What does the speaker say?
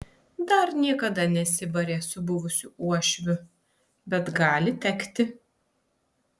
dar niekada nesibarė su buvusiu uošviu bet gali tekti